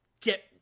get